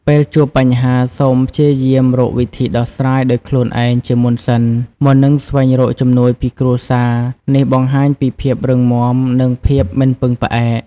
ពេលជួបបញ្ហា សូមព្យាយាម រកវិធីដោះស្រាយដោយខ្លួនឯងជាមុនសិន មុននឹងស្វែងរកជំនួយពីគ្រួសារ នេះបង្ហាញពីភាពរឹងមាំ និងភាពមិនពឹងផ្អែក។